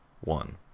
one